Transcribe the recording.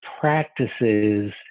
practices